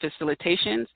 facilitations